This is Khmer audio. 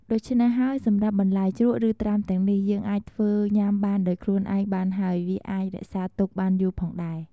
ដូច្នេះហេីយសម្រាប់បន្លែជ្រក់ឬត្រាំទាំងនេះយេីងអាចធ្វេីញាំបានដោយខ្លួនឯងបានហេីយវាអាចរក្សាទុកបានយូរផងដែរ។